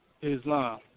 Islam